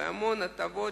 ויש המון הטבות,